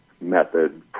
Method